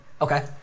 Okay